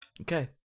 Okay